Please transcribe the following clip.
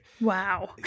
Wow